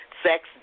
Sex